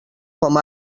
com